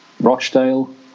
Rochdale